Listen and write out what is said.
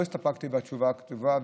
לא הסתפקתי בתשובה הכתובה,